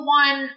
one